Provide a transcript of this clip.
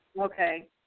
Okay